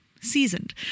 seasoned